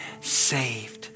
saved